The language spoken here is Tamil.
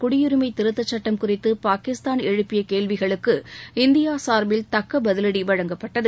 குடியுரிமை திருத்த சுட்டம் குறித்து பாகிஸ்தான் எழுப்பிய கேள்விகளுக்கு இந்தியா சார்பில் தக்க பதலடி வழங்கப்பட்டது